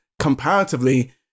comparatively